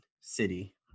city